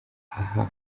aha